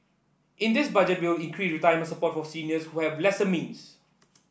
in this Budget we will increase retirement support for seniors who have lesser means